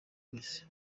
wese